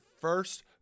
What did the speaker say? first